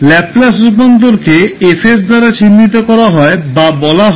Laplace রূপান্তরকে F দ্বারা চিহ্নিত করা হয় বা বলা হয়